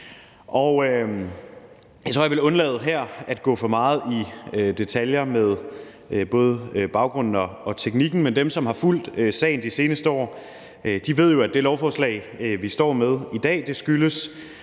jeg vil undlade her at gå for meget i detaljer med både baggrunden og teknikken, men dem, som har fulgt sagen de seneste år, ved jo, at det lovforslag, vi står med i dag, skyldes